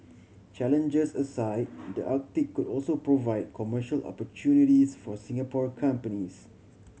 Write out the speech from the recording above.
challenges aside the Arctic could also provide commercial opportunities for Singapore companies